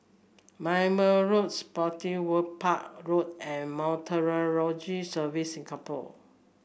Merbau Road Spottiswoode Park Road and Meteorological Services Singapore